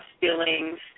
feelings